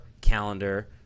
calendar